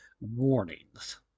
warnings